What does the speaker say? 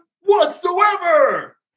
whatsoever